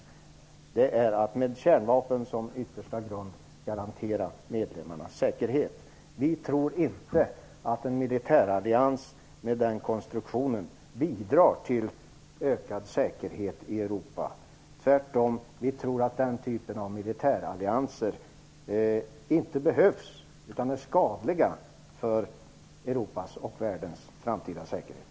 Grunden är att med kärnvapen som yttersta grund garantera medlemmarnas säkerhet. Vi tror inte att en militärallians med den konstruktionen bidrar till ökad säkerhet i Europa. Tvärtom tror vi att den typen av militärallianser inte behövs, utan att de är skadliga för Europas och världens framtida säkerhet.